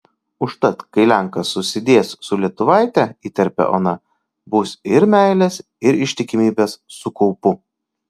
užtat kai lenkas susidės su lietuvaite įterpia ona bus ir meilės ir ištikimybės su kaupu